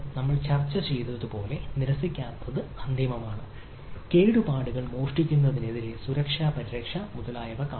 order നമ്മൾ ചർച്ച ചെയ്തതുപോലെ നിരസിക്കാത്തത് അന്തിമമാണ് കേടുപാടുകൾ മോഷ്ടിക്കുന്നതിനെതിരായ സുരക്ഷാ പരിരക്ഷ മുതലായവ